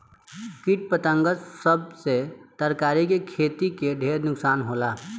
किट पतंगा सब से तरकारी के खेती के ढेर नुकसान होला